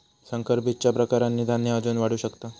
संकर बीजच्या प्रकारांनी धान्य अजून वाढू शकता